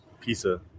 pizza